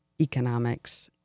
economics